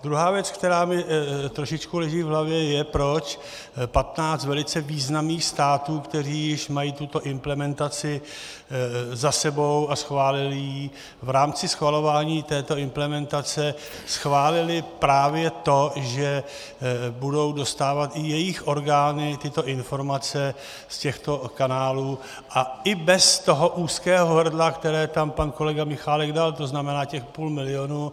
Druhá věc, která mi trošičku leží v hlavě, je, proč 15 velice významných států, které již mají tuto implementaci za sebou a schválily ji, v rámci schvalování této implementace schválily právě to, že budou dostávat i jejich orgány tyto informace z těchto kanálů a i bez toho úzkého hrdla, které tam pan kolega Michálek dal, tzn. těch půl milionu.